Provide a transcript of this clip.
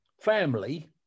family